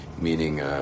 meaning